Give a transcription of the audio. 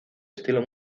estilo